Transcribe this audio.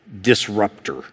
Disruptor